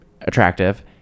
attractive